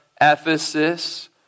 Ephesus